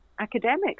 academics